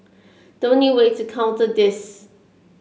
the only way to counter this